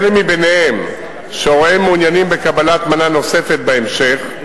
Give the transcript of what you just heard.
אלה ביניהם שהוריהם מעוניינים בקבלת מנה נוספת בהמשך,